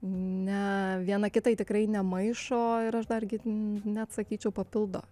ne viena kitai tikrai nemaišo ir aš dar gi net sakyčiau papildo